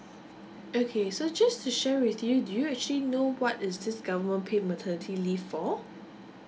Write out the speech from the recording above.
okay so just to share with you do you actually know what is this government paid maternity leave for